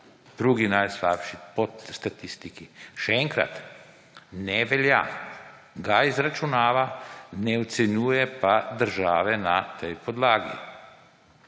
drugi najslabši po statistiki. Še enkrat, ne velja, ga izračunava, ne ocenjuje pa države na tej podlagi,